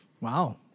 wow